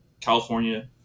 california